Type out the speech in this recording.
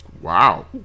Wow